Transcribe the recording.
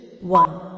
one